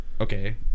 okay